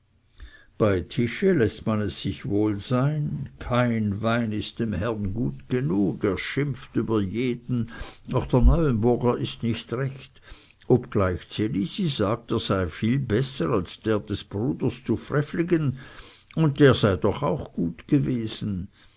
bei tische läßt man es sich wohl sein kein wein ist dem herrn gut genug er schimpft über jeden auch der neuenburger ist nicht recht obgleich ds elisi sagt er sei viel besser als der des bruders zu frevligen und der sei doch auch gut gewesen